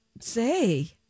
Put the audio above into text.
say